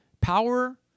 Power